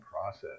process